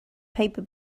paper